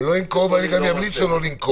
הוא לא ינקוב ואני גם אמליץ לו לא לנקוב.